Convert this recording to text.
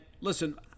listen